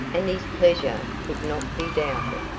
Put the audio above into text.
and his pleasure could not be doubted.